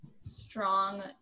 strong